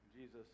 Jesus